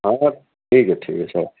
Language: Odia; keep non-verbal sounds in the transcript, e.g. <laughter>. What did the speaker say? <unintelligible> ଠିକ୍ ଅଛି ଠିକ୍ ଅଛି ହଉ